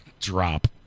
Drop